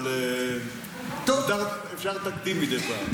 אבל אפשר תקדים מדי פעם.